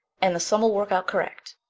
and the sum ll work out correct.